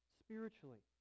spiritually